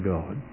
God